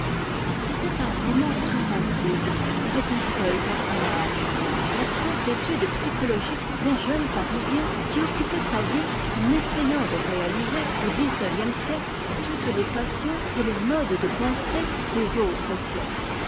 c'était un roman sans intrigue avec un seul personnage la simple étude psychologique d'un jeune parisien qui occupait sa vie en essayant de réaliser au xix e siècle toutes les passions et les modes de penser des autres siècles